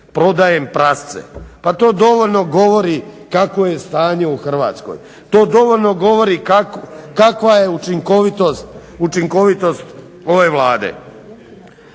"Prodajem prasce". Pa to dovoljno govori kakvo je stanje u Hrvatskoj, to dovoljno govori kakva je učinkovitost ove Vlade.